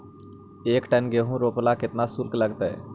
एक टन गेहूं रोपेला केतना शुल्क लगतई?